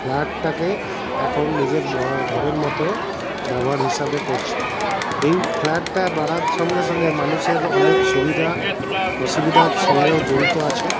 ফ্ল্যাটটাকে এখন নিজের ঘরের মতো ব্যবহার হিসাবে করছে এই ফ্ল্যাটটা বাড়ার সঙ্গে সঙ্গে মানুষের অনেক সুবিধা অসুবিধার সঙ্গেও জড়িত আছে